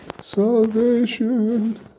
salvation